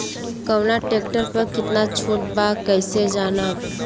कवना ट्रेक्टर पर कितना छूट बा कैसे जानब?